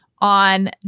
on